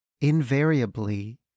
invariably